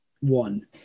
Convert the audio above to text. one